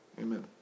Amen